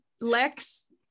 Lex